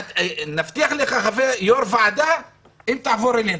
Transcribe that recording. נבטיח לך יושב-ראש ועדה, אם תעבור אלינו.